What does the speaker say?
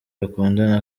bakundana